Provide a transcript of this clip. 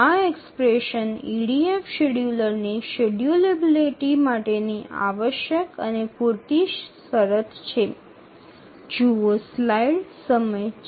આ expression EDF શેડ્યુલરની schedulability માટેની આવશ્યક અને પૂરતી શરત છે